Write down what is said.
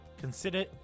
consider